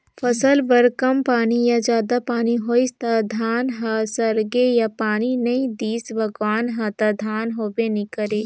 फसल बर कम पानी या जादा पानी होइस त धान ह सड़गे या पानी नइ दिस भगवान ह त धान होबे नइ करय